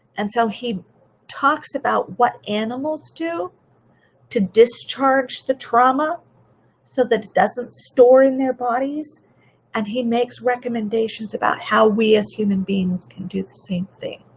and so he talks about what animals do to discharge the trauma so that it doesn't store in their bodies and he makes recommendations about how we, as human beings can do the same thing.